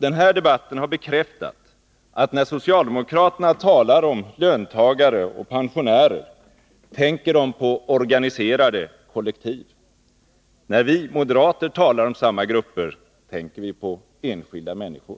Den här debatten har bekräftat att när socialdemokraterna talar om löntagare och pensionärer tänker de på organiserade kollektiv. När vi moderater talar om samma grupper tänker vi på enskilda människor.